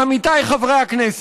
עמיתיי חברי הכנסת,